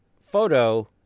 photo